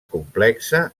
complexa